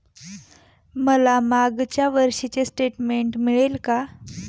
मला मागच्या वर्षीचे स्टेटमेंट मिळेल का?